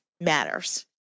matters